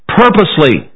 purposely